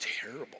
terrible